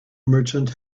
merchant